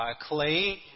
clay